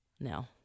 No